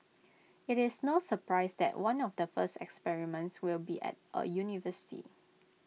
IT is no surprise that one of the first experiments will be at A university